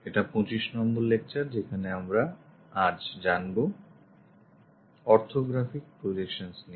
এটা 25 নম্বর লেকচার যেখানে আজ আমরা জানবো অর্থগ্রফিক প্রজেকশন নিয়ে